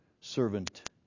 servant